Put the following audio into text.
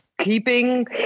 keeping